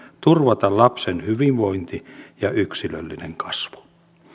turvata lapsen hyvinvointi ja yksilöllinen kasvu